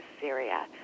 Syria